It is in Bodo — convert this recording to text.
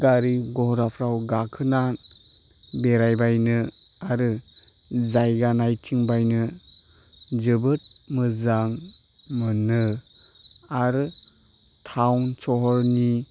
गारि घराफ्राव गाखोना बेरायबायनो आरो जायगा नायथिंबायनो जोबोद मोजां मोनो आरो थाउन सहरनि